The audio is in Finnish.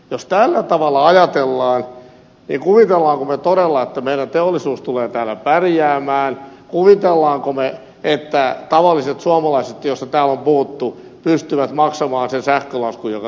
jos tällä tavalla ajatellaan niin kuvittelemmeko me todella että meidän teollisuutemme tulee täällä pärjäämään kuvittelemmeko me että tavalliset suomalaiset joista täällä on puhuttu pystyvät maksamaan sen sähkölaskun joka tästä seuraa